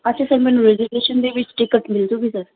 ਅੱਛਾ ਸਰ ਮੈਨੂੰ ਰਿਜ਼ਰਵੇਸ਼ਨ ਦੇ ਵਿੱਚ ਟਿਕਟ ਮਿਲ ਜੂਗੀ ਸਰ